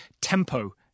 tempo